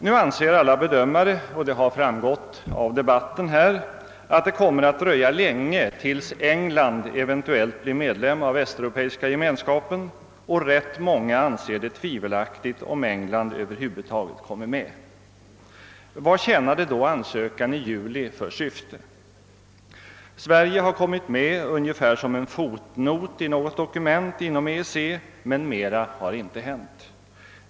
Nu anser alla bedömare — vilket framgått av debatten — att det kommer att dröja länge innan England eventuellt blir medlem av Västeuropeiska gemenskapen, och rätt många anser det tvivelaktigt om England över huvud taget kommer med. Vad tjänade då ansökan i juli för syfte? Sverige har i något dokument inom EEC uppmärksammats i en form, som påminner om en fotnot, men mera har inte hänt.